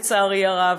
לצערי הרב.